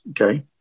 okay